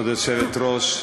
כבוד היושבת-ראש,